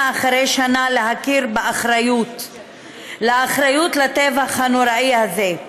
אחרי שנה להכיר באחריות לטבח הנוראי הזה.